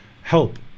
help